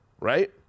right